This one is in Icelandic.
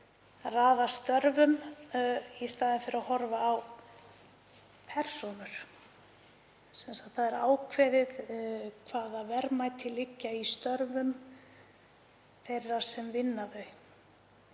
raða störfum í staðinn fyrir að horfa á persónur. Það er ákveðið hvaða verðmæti liggi í störfum þeirra sem vinna þau.